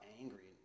angry